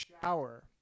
shower